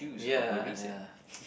ya ya